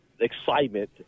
excitement